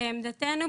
לעמדתנו,